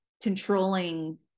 controlling